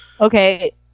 Okay